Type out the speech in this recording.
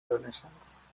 donations